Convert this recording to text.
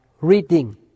reading